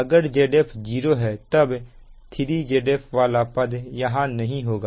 अगर Zf 0 है तब 3Zf वाला पद यहां नहीं होगा